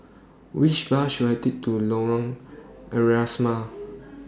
Which Bus should I Take to Lorong Asrama